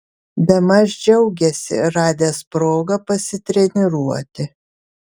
bemaž džiaugėsi radęs progą pasitreniruoti